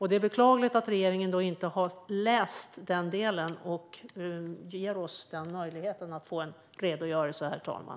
Det är beklagligt att regeringen inte har läst den delen och ger oss möjligheten att få en redogörelse, herr talman.